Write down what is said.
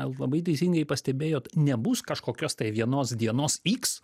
labai teisingai pastebėjot nebus kažkokios tai vienos dienos iks